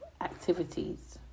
activities